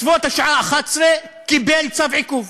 בסביבות השעה 11:00 קיבל צו עיכוב,